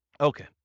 Okay